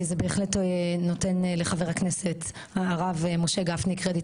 זה בהחלט נותן לחבר הכנסת הרב משה גפני קרדיט